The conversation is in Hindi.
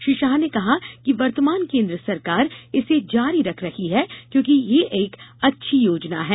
श्री शाह ने कहा कि वर्तमान केन्द्र सरकार इसे जारी रख रही है क्योंकि यह एक अच्छी योजना है